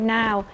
now